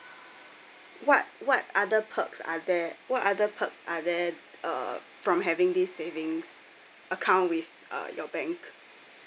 what what other perks are there what are the perks are there uh from having this savings account with uh your bank